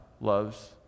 loves